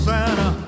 Santa